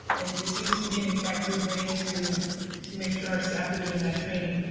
and if it seems to be an effective way to to make sure our staff are getting that training.